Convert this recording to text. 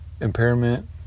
impairment